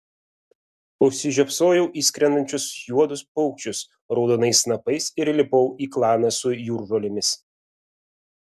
užsižiopsojau į skrendančius juodus paukščius raudonais snapais ir įlipau į klaną su jūržolėmis